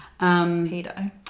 Pedo